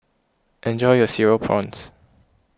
enjoy your Cereal Prawns